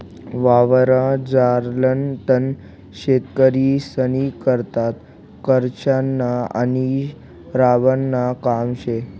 वावरमझारलं तण शेतकरीस्नीकरता खर्चनं आणि राबानं काम शे